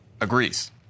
agrees